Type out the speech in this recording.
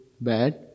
bad